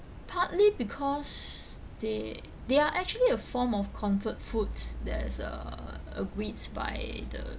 partly because they they are actually a form of comfort foods that's uh agreed by the